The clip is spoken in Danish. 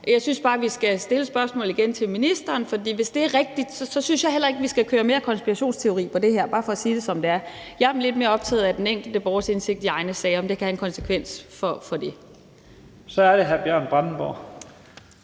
Jeg synes bare, vi skal stille spørgsmålet igen til ministeren, for hvis det er rigtigt, synes jeg heller ikke, vi skal køre mere konspirationsteori på det her. Det er bare for sige det, som det er. Jeg er lidt mere optaget af den enkelte borgers indsigt i egne sager, og om det kan have en konsekvens for det. Kl. 16:29 Første